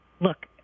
look